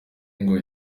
ngo